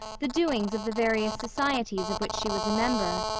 the doings of the various societies of which she was a member,